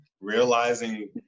realizing